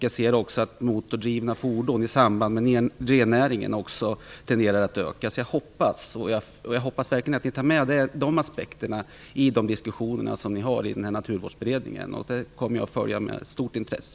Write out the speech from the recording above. Jag har också kunnat konstatera att antalet motordrivna fordon har ökat, eftersom de används i rennäringen. Jag hoppas verkligen att ni tar med dessa aspekter i de diskussioner som förs i Miljövårdsberedningen. Jag kommer att följa detta med stort intresse.